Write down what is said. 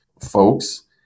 folks